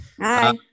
Hi